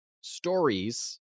stories